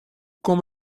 kom